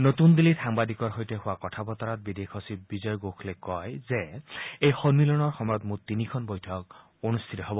নতুন দিল্লীত সাংবাদিকৰ সৈতে হোৱা কথা বতৰাত বিদেশ সচিব বিজয় গোখলে কয় যে এই সন্মিলনৰ সময়ত মঠ তিনিখন বৈঠক অনুষ্ঠিত হ'ব